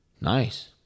Nice